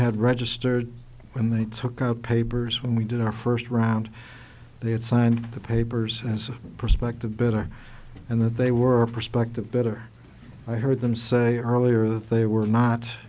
had registered when they took out papers when we did our first round they had signed the papers as a prospective better and that they were prospective better i heard them say earlier that they were not